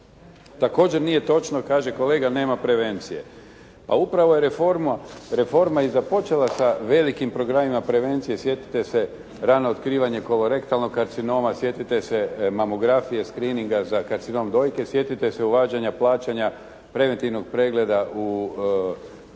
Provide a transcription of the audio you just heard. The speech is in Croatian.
Također nije točno, kaže kolega, nema prevencije. A upravo je reforma i započela sa velikim programima prevencije, sjetite se rano otkrivanje kolorektalnog karcinoma, sjetite se mamografije, screnninga za karcinom dojke, sjetite se uvađanja plaćanja preventivnog pregleda u primarnu